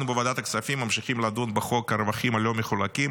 אנחנו בוועדת הכספים ממשיכים לדון בחוק הרווחים הלא-מחולקים.